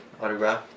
autograph